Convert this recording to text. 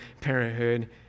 Parenthood